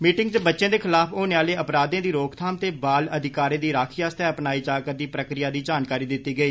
meeting च बच्चे दे खलाफ होने आले अपराधें दी रोकथाम ते बाल अधिकारें दी राक्खी आस्तै अपनाई जा करी प्रक्रिया दीजानकारी दितती गेई